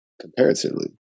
comparatively